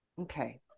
Okay